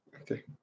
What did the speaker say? okay